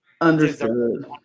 Understood